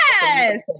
Yes